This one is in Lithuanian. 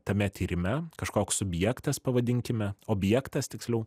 tame tyrime kažkoks subjektas pavadinkime objektas tiksliau